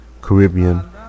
Caribbean